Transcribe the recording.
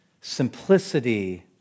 simplicity